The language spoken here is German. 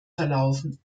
verlaufen